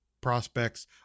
prospects